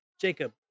Jacob